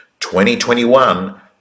2021